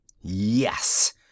Yes